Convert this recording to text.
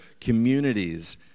communities